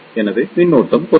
எனவே மின்னோட்டம் குறையும்